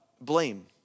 blame